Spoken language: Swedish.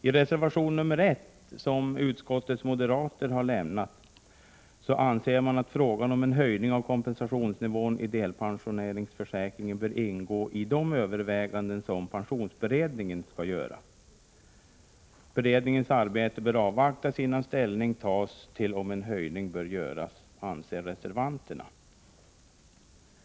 I reservation 1, som utskottets moderater har avlämnat, anser man att frågan om en höjning av kompensationsnivån i delpensionsförsäkringen bör ingå i de överväganden som pensionsberedningen skall göra. Beredningens arbete bör avvaktas innan ställning tas till om en höjning skall göras, anser reservanterna.